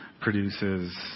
produces